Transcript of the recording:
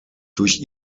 durch